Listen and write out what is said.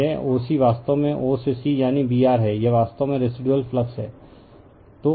तो यह o c वास्तव में o से c यानी Br है यह वास्तव में रेसिदुअल फ्लक्स है